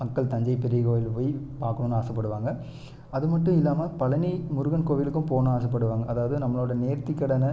மக்கள் தஞ்சை பெரிய கோவிலுக்கு போய் பார்க்கணுன்னு ஆசைப்படுவாங்க அது மட்டும் இல்லாம பழனி முருகன் கோவிலுக்கும் போணுன்னு ஆசைப்படுவாங்க அதாவது நம்மளோட நேர்த்திக் கடன